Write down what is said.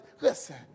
listen